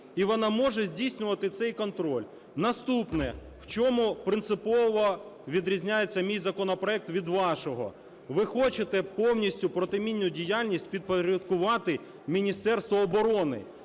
І вона може здійснювати цей контроль. Наступне. В чому принципово відрізняється мій законопроект від вашого? Ви хочете повністю протимінну діяльність підпорядкувати Міністерству оборони,